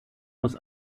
muss